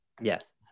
Yes